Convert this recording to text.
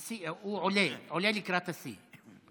הוא עולה, עולה לקראת השיא.